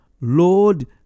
Lord